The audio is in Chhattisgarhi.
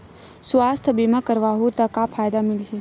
सुवास्थ बीमा करवाहू त का फ़ायदा मिलही?